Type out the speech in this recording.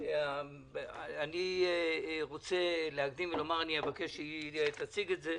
אני אבקש שהיא תציג את זה,